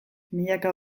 milaka